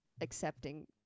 accepting